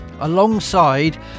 alongside